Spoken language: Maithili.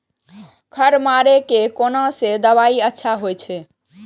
खर मारे के कोन से दवाई अच्छा होय छे?